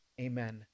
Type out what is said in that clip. Amen